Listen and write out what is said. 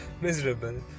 miserable